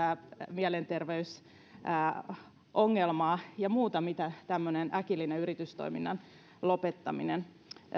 mielenterveysongelmaa ja muuta mitä tämmöinen äkillinen yritystoiminnan lopettaminen